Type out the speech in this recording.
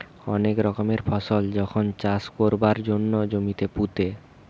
অনেক রকমের ফসল যখন চাষ কোরবার জন্যে জমিতে পুঁতে